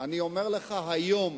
אני אומר לך שהיום